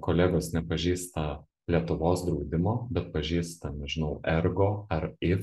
kolegos nepažįsta lietuvos draudimo bet pažįsta nežinau ergo ar if